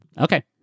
Okay